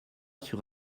sur